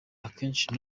akenshi